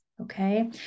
okay